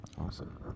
Awesome